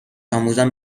آموزان